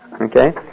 okay